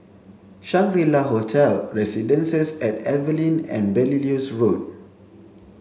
Shangri La Hotel Residences and Evelyn and Belilios Road